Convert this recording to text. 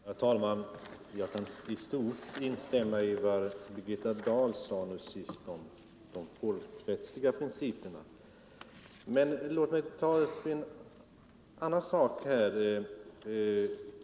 Herr talman! Jag kan i stort instämma i vad Birgitta Dahl i sitt senaste inlägg anförde om de folkrättsliga principerna. Men låt mig ta upp en annan sak.